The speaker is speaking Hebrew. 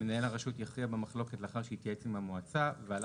"מנהל הרשות יכריע במחלוקת לאחר שהתייעץ עם המועצה ועל